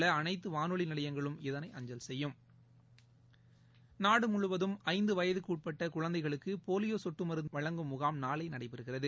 உள்ள அனைத்துவானொலிநிலையங்களும் மாநிலத்தில் இதனை அஞ்சல் செய்யும் நாடுமுவதும் ஐந்துவயதுக்குஉட்பட்டகுழந்தைகளுக்குபோலியோசொட்டுமருந்துவழங்கும் முகாம் நாளைநடைபெறுகிறது